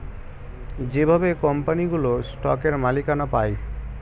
যেভাবে কোম্পানিগুলো স্টকের মালিকানা পায়